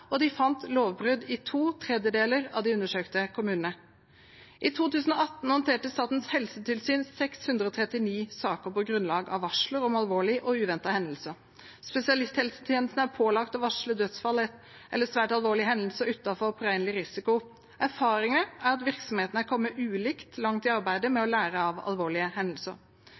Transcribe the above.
De fant lovbrudd i to tredjedeler av de undersøkte kommunene. I 2018 håndterte Statens helsetilsyn 639 saker på grunnlag av varsler om alvorlige og uventede hendelser. Spesialisthelsetjenesten er pålagt å varsle om dødsfall eller svært alvorlige hendelser utenfor påregnelig risiko. Erfaringen er at virksomhetene er kommet ulikt langt i arbeidet med å lære av alvorlige hendelser.